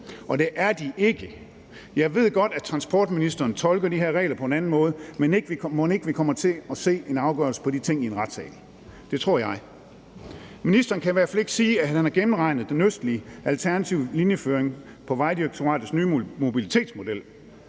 og det er de ikke. Jeg ved godt, at transportministeren tolker de her regler på en anden måde, men mon ikke vi kommer til at se en afgørelse på de ting i en retssal? Det tror jeg. Ministeren kan i hvert fald ikke sige, at han har gennemregnet den østlige alternative linjeføring på Vejdirektoratets nye mobilitetsmodel,